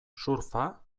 surfa